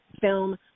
film